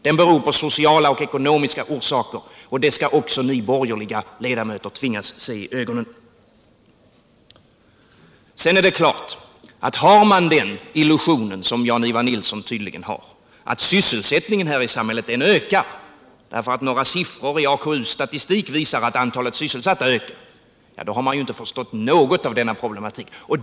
Den beror i stället på sociala och ekonomiska förhållanden. Det skall också ni borgerliga ledamöter tvingas att se i ögonen. Jan-Ivan Nilsson hyser tydligen vidare den illusionen att sysselsättningen i samhället ökar därför några siffror i AKU:s statistik visar att antalet sysselsatta stiger. Han har då inte förstått något av denna problematik.